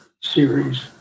series